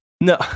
No